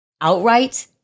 outright